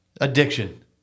Addiction